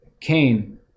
Cain